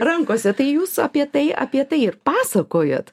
rankose tai jūs apie tai apie tai ir pasakojat